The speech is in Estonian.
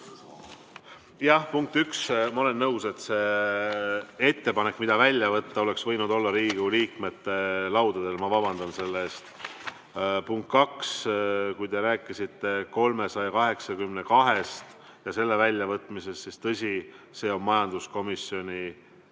Punkt üks, ma olen nõus, et see ettepanek, mida välja võtta, oleks võinud olla Riigikogu liikmete laudadel. Ma vabandan selle pärast! Punkt kaks, kui te rääkisite eelnõust 382 ja selle väljavõtmisest, siis tõsi, see on majanduskomisjoni